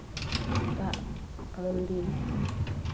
ᱟᱜ ᱢᱚᱱᱫᱤᱞ